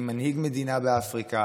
עם מנהיג מדינה באפריקה,